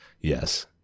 yes